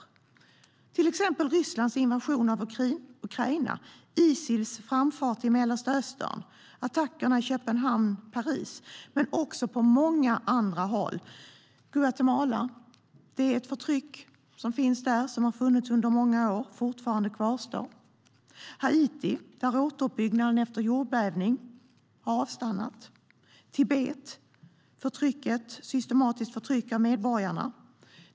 Det handlar till exempel om Rysslands invasion av Ukraina, Isils framfart i Mellanöstern och attackerna i Köpenhamn och Paris. Men det handlar också om oro, konflikter och stridigheter på många andra håll. I Guatemala finns det ett förtryck, och det har funnits under många år. På Haiti har återuppbyggnaden efter jordbävningen avstannat. I Tibet är det ett systematiskt förtryck av medborgarna.